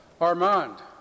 Armand